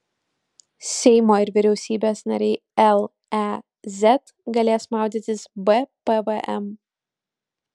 seimo ir vyriausybės nariai lez galės maudytis be pvm